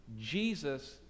Jesus